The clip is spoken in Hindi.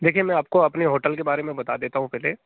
देखिए मैं आपको अपने होटल के बारे में बता देता हूँ पहले